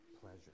pleasure